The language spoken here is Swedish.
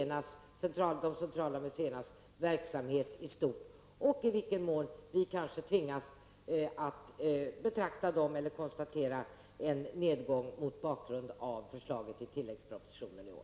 Men det gäller också de centrala museernas verksamhet i stort samt i vilken mån vi kanske måste konstatera en nedgång mot bakgrund av förslaget i tilläggspropositionen i år.